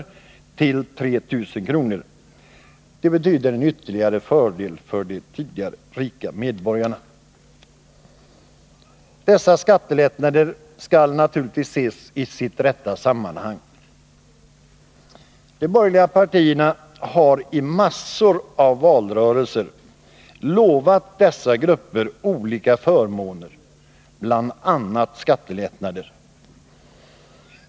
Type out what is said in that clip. till 3 000 kr. Det betyder en ytterligare fördel för de 16 december 1980 tidigare rika medborgarna. Dessa skattelättnader skall naturligtvis ses i sitt rätta sammanhang. De borgerliga partierna har i många valrörelser lovat dessa grupper olika förmåner, bl.a. skattelättnader.